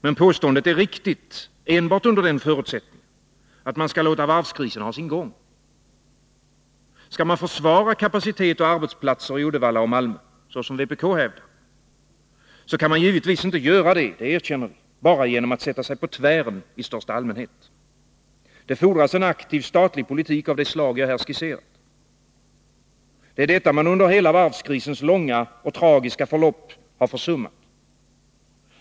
Men påståendet är riktigt enbart under den förutsättningen att man skall låta varvskrisen ha sin gång. Skall man försvara kapacitet och arbetsplatser i Uddevalla och Malmö — så som vpk hävdar — kan man givetvis inte göra det bara genom att sätta sig på tvären i största allmänhet. Det fordras en aktiv statlig politik av det slag som jag här har skisserat. Det är detta man under hela varvskrisens långa och tragiska förlopp har försummat.